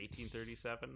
1837